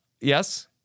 yes